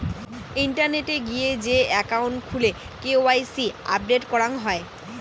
ইন্টারনেটে গিয়ে যে একাউন্ট খুলে কে.ওয়াই.সি আপডেট করাং হই